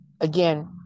Again